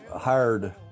hired